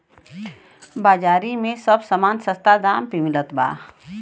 बाजारी में सब समान सस्ता दाम पे मिलत बा